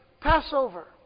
Passover